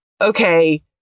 okay